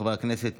חברי הכנסת,